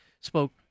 spoke